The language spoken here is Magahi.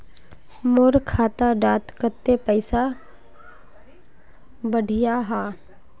मोर खाता डात कत्ते पैसा बढ़ियाहा?